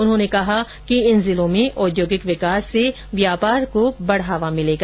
उन्होंने कहा कि इन जिलों में औद्योगिक विकास से व्यापार को बढ़ावा मिलेगा